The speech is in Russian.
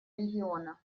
региона